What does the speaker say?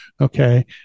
okay